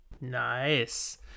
Nice